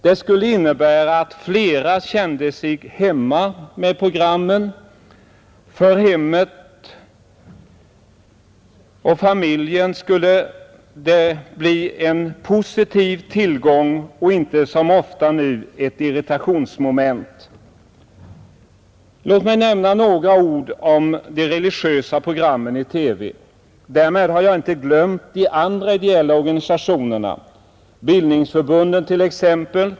Det skulle innebära att flera kände sig hemma med programmen, För hem och familj skulle det bli en positiv tillgång, inte som ofta nu ett irritationsmoment. Låt mig sedan också säga något om de religiösa programmen i TV. Därmedhar jag inte glömt de andra ideella organisationerna, t.ex. bildningsförbunden.